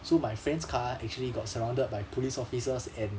so my friend's car actually got surrounded by police officers and